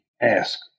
ask